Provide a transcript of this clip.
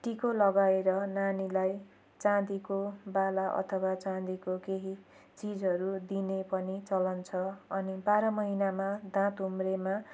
टिको लगाएर नानीलाई चाँदीको बाला अथवा चाँदीको केही चिजहरू दिने पनि चलन छ अनि बाह्र महिनामा दाँत उम्रेमा